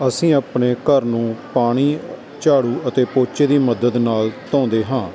ਅਸੀਂ ਆਪਣੇ ਘਰ ਨੂੰ ਪਾਣੀ ਝਾੜੂ ਅਤੇ ਪੋਚੇ ਦੀ ਮਦਦ ਨਾਲ ਧੋਂਦੇ ਹਾਂ